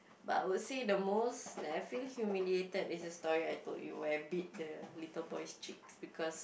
but I would say the most that I feel humiliated is the story I told you where I bit the little boy's cheeks because